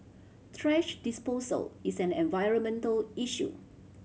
thrash disposal is an environmental issue